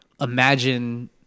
imagine